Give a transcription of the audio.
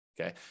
okay